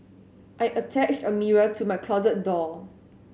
I attached a mirror to my closet door